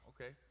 okay